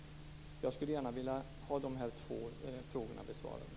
Jag skulle gärna vilja ha dessa två frågor besvarade.